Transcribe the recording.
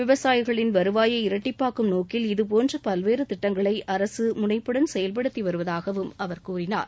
விவசாயிகளின் வருவாயை இரட்டிப்பாக்கும் நோக்கில் இதுபோன்ற பல்வேறு திட்டங்களை அரசு முனைப்புடன் செயல்படுத்தி வருவதாகவும் அவர் கூறினார்